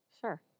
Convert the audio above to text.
Sure